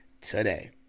today